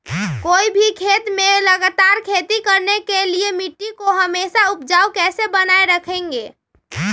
कोई भी खेत में लगातार खेती करने के लिए मिट्टी को हमेसा उपजाऊ कैसे बनाय रखेंगे?